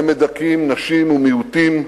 הם מדכאים נשים ומיעוטים,